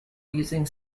using